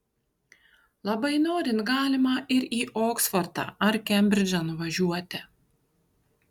labai norint galima ir į oksfordą ar kembridžą nuvažiuoti